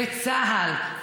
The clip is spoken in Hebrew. בצה"ל,